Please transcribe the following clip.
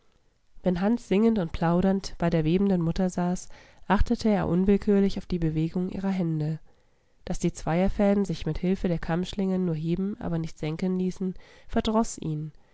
wenn hans singend und plaudernd bei der webenden mutter saß achtete er unwillkürlich auf die bewegung ihrer hände daß die zweierfäden sich mit hilfe der kammschlingen nur heben aber nicht senken ließen verdroß ihn